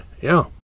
Yeah